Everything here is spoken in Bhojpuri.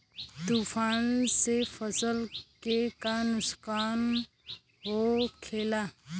तूफान से फसल के का नुकसान हो खेला?